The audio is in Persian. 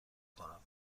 کنم